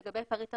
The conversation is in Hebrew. לגבי פריט 40,